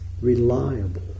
reliable